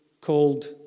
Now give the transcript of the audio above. called